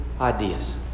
ideas